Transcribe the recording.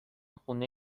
خونه